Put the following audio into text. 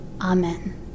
amen